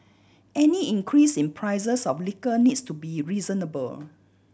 any increase in prices of liquor needs to be reasonable